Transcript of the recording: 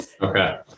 Okay